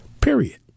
Period